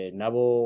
nabo